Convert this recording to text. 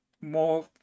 more